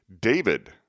david